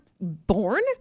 born